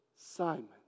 Simon